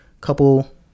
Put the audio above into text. couple